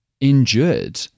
endured